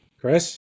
chris